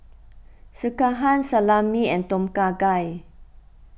Sekihan Salami and Tom Kha Gai